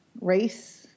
Race